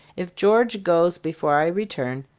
if george goes before i return,